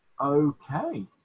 Okay